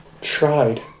tried